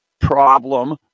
problem